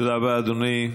תודה רבה, אדוני.